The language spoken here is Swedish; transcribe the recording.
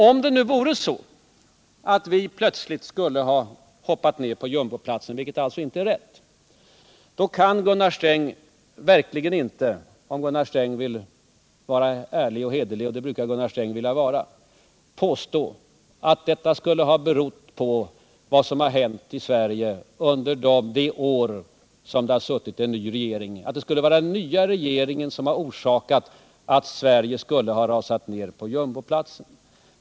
Om det nu vore så att vi plötsligt skulle ha ramlat ner till jumboplatsen, vilket alltså inte är rätt, då kan Gunnar Sträng verkligen inte, om han vill vara ärlig och hederlig, och det brukar Gunnar Sträng vilja vara, påstå att detta skulle ha berott på vad som har hänt i Sverige under det år som det har suttit en ny regering, att det skulle vara den nya regeringen som förorsakat att Sverige rasat ner på jumboplatsen.